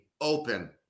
open